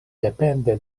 depende